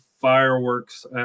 fireworks